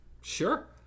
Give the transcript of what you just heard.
Sure